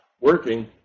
working